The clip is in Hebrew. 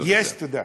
תודה.